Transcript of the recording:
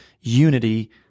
unity